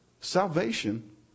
Salvation